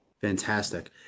Fantastic